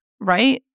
Right